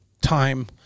time